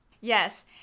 Yes